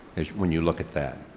when you look at that?